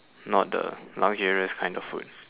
not the luxurious kind of food